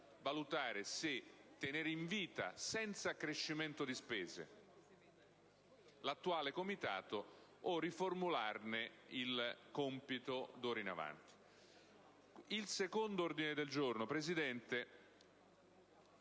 valutare se tenere in vita, senza accrescimento di spese, l'attuale Comitato o riformularne il compito d'ora in avanti. In merito all'ordine del giorno G102,